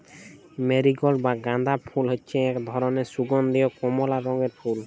marigold বা গাঁদা ফুল হচ্যে এক ধরলের সুগন্ধীয় কমলা রঙের ফুল